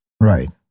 Right